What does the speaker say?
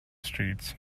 streets